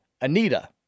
Anita